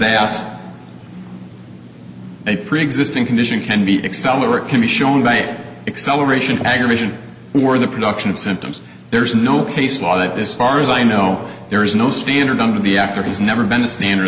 that a preexisting condition can be excel or it can be shown by acceleration aggravation or the production of symptoms there is no case law that is far as i know there is no standard under the actor has never been a standard